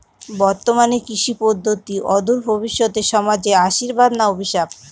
বর্তমান কৃষি পদ্ধতি অদূর ভবিষ্যতে সমাজে আশীর্বাদ না অভিশাপ?